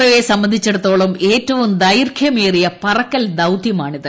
O യെ സംബന്ധിച്ചിടത്തോളം ഏറ്റവും ദൈർഘ്യമേറിയ പറക്കൽ ദൌത്യമാണിത്